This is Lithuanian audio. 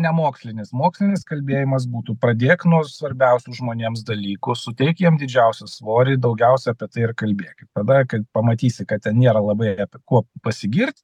nemokslinis mokslinis kalbėjimas būtų pradėk nuo svarbiausių žmonėms dalykų suteik jiem didžiausią svorį daugiausia apie tai ir kalbėk tada kai pamatysi kad ten nėra labai apie kuo pasigirt